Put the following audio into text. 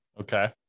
okay